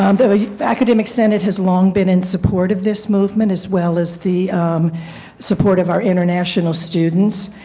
um the academic senate has long been in support of this movement as well as the support of our international students.